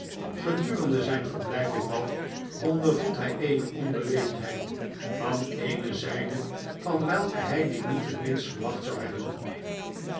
g-edurende zijn verblijf in bath ondervond hij eene onbeleefdheid van eene zijde van welke hij die het minst verwacht zou hebben